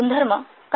गुणधर्म का